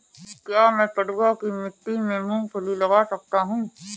क्या मैं पडुआ की मिट्टी में मूँगफली लगा सकता हूँ?